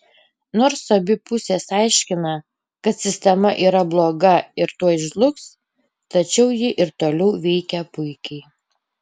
nors abi pusės aiškina kad sistema yra bloga ir tuoj žlugs tačiau ji ir toliau veikia puikiai